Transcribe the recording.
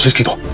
trouble